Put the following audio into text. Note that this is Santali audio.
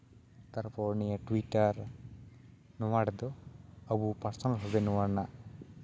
ᱛᱟᱨᱯᱚᱨ ᱱᱤᱭᱟᱹ ᱴᱩᱭᱴᱟᱨ ᱱᱚᱣᱟ ᱨᱮᱫᱚ ᱟᱵᱚ ᱯᱟᱨᱥᱳᱱᱟᱞ ᱵᱷᱟᱵᱮ ᱱᱚᱣᱟ ᱨᱮᱱᱟᱜ